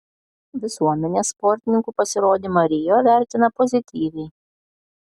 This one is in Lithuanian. visuomenė sportininkų pasirodymą rio vertina pozityviai